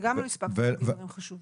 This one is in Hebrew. וגם לא הספקתי להגיד דברים חשובים.